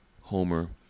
Homer